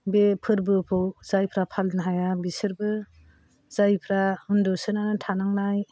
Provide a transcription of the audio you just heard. बे फोरबोखौ जायफ्रा फालिनो हाया बिसोरबो जायफ्रा उनदुसोनानै थानांनाय